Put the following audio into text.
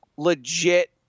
legit